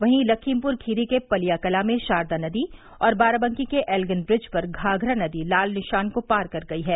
वहीं लखीमपुर खीरी के पलिया कला में शारदा नदी और बाराबकी के एल्ग्रिन ब्रिज पर घाधरा नदी लाल निशान को पार कर गयी है